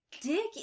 Dick